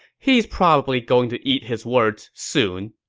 he's probably going to eat his words soon.